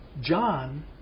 John